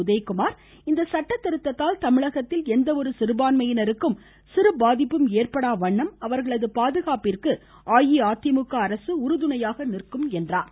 உதயகுமார் இந்த சட்ட திருத்தத்தால் தமிழகத்தில் எந்தஒரு சிறுபான்மையினருக்கும் சிறு பாதிப்பும் ஏற்படாவகையில் அவர்களது பாதுகாப்பிற்கு அஇஅதிமுக உறுதுணையாக நிற்கும் என்றார்